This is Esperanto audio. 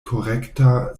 korekta